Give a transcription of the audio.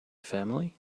family